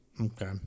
Okay